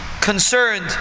concerned